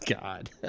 god